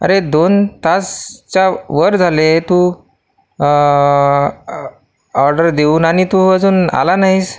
अरे दोन तासच्यावर झाले तू ऑर्डर देऊन आणि तू अजून आला नाहीस